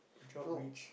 no